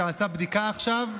שעשה בדיקה עכשיו,